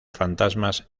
fantasmas